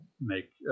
make